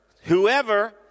whoever